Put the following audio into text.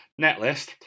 Netlist